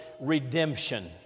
redemption